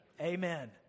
Amen